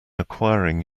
acquiring